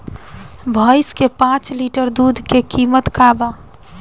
भईस के पांच लीटर दुध के कीमत का बा?